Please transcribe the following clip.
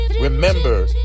remember